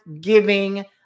giving